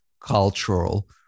cultural